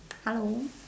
hello